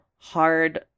hard